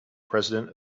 president